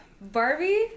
Barbie